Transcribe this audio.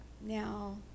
now